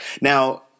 Now